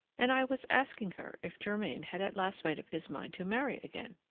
and i was asking her if germain had at last made up his mind to marry again.